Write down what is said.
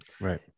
Right